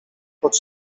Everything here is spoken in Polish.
pod